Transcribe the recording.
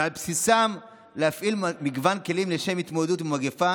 ועל בסיסם להפעיל מגוון כלים לשם התמודדות עם המגפה,